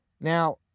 Now